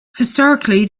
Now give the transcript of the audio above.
historically